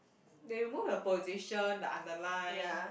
they remove your position the underline